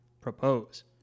propose